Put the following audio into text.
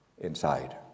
inside